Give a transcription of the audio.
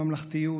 ממלכתיות,